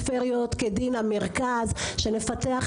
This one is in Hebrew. מתים שלוש שנים מוקדם